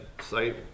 site